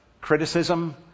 criticism